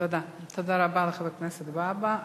תודה רבה לחבר הכנסת והבה.